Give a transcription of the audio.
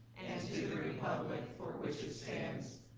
to the republic for which it stands,